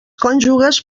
cònjuges